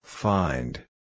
Find